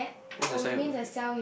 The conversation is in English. what's the sign above the cap